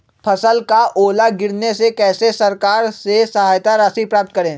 फसल का ओला गिरने से कैसे सरकार से सहायता राशि प्राप्त करें?